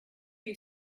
you